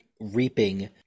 Reaping